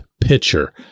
pitcher